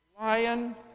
lion